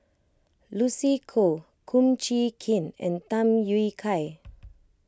Lucy Koh Kum Chee Kin and Tham Yui Kai